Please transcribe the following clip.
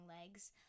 Legs